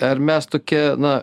ar mes tokie na